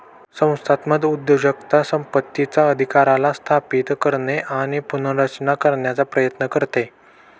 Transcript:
संस्थात्मक उद्योजकता संपत्तीचा अधिकाराला स्थापित करणे आणि पुनर्रचना करण्याचा प्रयत्न करते